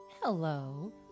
Hello